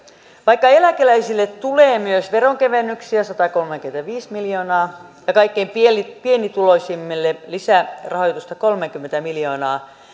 vaikka eläkeläisille tulee myös veronkevennyksiä satakolmekymmentäviisi miljoonaa ja kaikkein pienituloisimmille lisärahoitusta kolmekymmentä miljoonaa